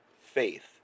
faith